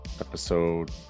episode